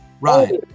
Right